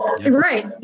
right